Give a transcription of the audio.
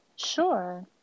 sure